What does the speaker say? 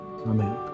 amen